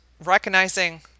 Recognizing